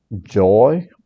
joy